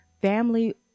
family